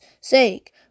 sake